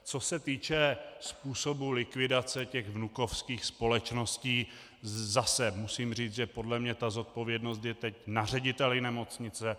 Co se týče způsobu likvidace těch vnukovských společností, zase musím říct, že podle mě zodpovědnost je teď na řediteli nemocnice.